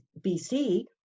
BC